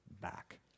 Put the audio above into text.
back